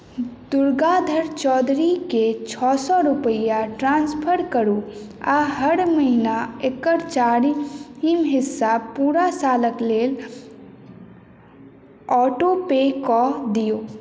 दुर्गाधर चौधरीके छओ सए रूपैआ ट्रान्स्फर करू आ हर महिना एकर चारिम हिस्सा पूरा सालक लेल ऑटोपे कऽ दियौ